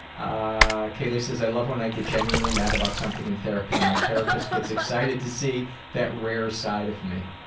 kaylee says, i love when i get genuinely mad about something in therapy and my therapist gets excited to see that rare side of me.